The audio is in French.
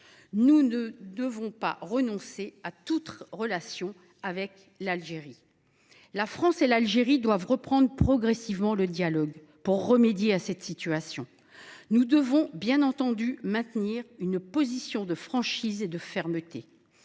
Nous ne devons pas renoncer à toute relation avec l’Algérie. Nos deux pays doivent reprendre progressivement le dialogue pour remédier à la situation actuelle. Nous devons bien entendu maintenir une position de franchise et de fermeté.